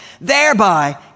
thereby